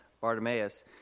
Bartimaeus